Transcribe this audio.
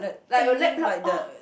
like you lightbulb oh